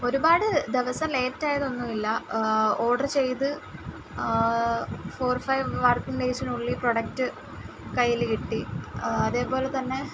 ഒരുപാട് ദിവസം ലേറ്റ് ആയതൊന്നുമില്ല ഓർഡർ ചെയ്ത് ഫോർ ഫൈവ് വർക്കിങ്ങ് ഡേയ്സിനുള്ളിൽ പ്രോഡക്റ്റ് കയ്യിൽ കിട്ടി അതേപോലെ തന്നെ